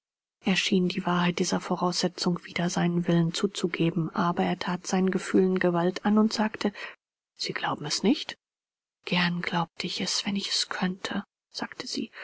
schien die wahrheit dieser voraussetzung wider seinen willen zuzugeben aber er that seinen gefühlen gewalt an und sagte sie glauben es nicht gern glaubte ich es wenn ich es könnte sagte sie